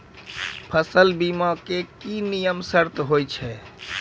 फसल बीमा के की नियम सर्त होय छै?